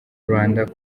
rwanda